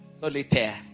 solitaire